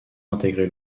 intégré